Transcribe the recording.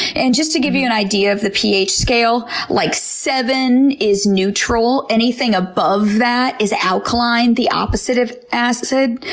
and just to give you an idea of the ph scale, like seven seven is neutral, anything above that is alkaline, the opposite of acid.